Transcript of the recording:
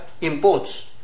imports